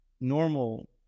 normal